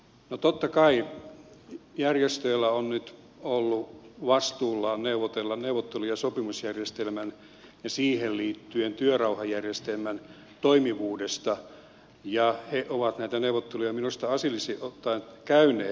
no totta kai järjestöillä on nyt ollut vastuullaan neuvotella neuvottelu ja sopimusjärjestelmän ja siihen liittyen työrauhajärjestelmän toimivuudesta ja he ovat näitä neuvotteluja minusta asiallisesti ottaen käyneet